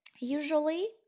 Usually